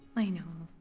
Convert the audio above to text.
i know.